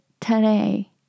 today